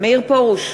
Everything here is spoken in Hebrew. מאיר פרוש,